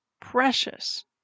precious